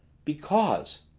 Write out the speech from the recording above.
because,